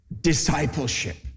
discipleship